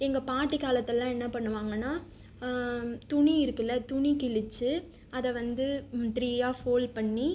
எங்கள் பாட்டி காலத்துலெலாம் என்ன பண்ணுவாங்கனா துணி இருக்குல துணி கிழித்து அதை வந்து த்ரீயா ஃபோல் பண்ணி